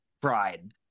fried